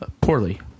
poorly